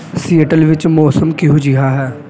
Seattle ਵਿੱਚ ਮੌਸਮ ਕਿਹੋ ਜਿਹਾ ਹੈ